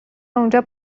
اونجا